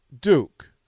Duke